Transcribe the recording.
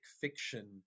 fiction